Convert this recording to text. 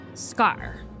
Scar